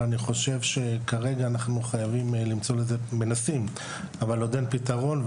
אנחנו מנסים אבל אין עדיין פתרון.